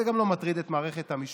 זה גם לא מטריד את מערכת המשפט,